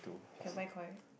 can buy Koi